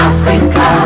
Africa